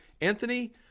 Anthony